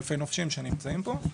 אלפי נופשים שנמצאים פה,